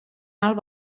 alt